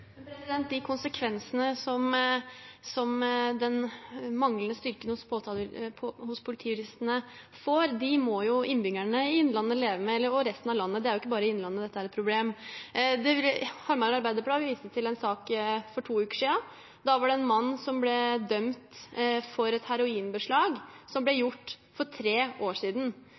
De konsekvensene som den manglende styrken hos politijuristene får, må innbyggerne i Innlandet leve med – og innbyggerne i resten av landet. Det er ikke bare i Innlandet dette er et problem. Hamar Arbeiderblad viste i forrige uke til en sak som gjaldt en mann som for to uker siden ble dømt for et heroinbeslag som ble gjort for tre år siden.